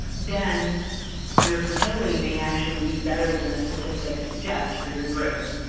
then your fertility may actually be better than the statistics suggest for your group.